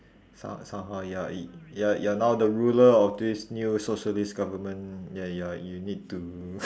some~ somehow you're in you're you're now the ruler of this new socialist government ya you're you need to